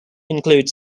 include